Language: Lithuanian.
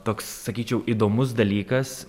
toks sakyčiau įdomus dalykas